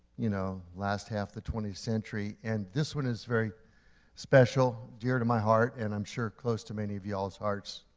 you know, last half of the twentieth century. and this one is very special, dear to my heart and i'm sure close to many of you all's hearts.